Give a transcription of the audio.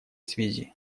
связи